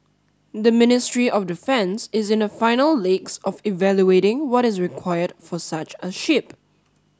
the Ministry of Defence is in the final legs of evaluating what is required for such a ship